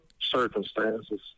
circumstances